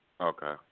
Okay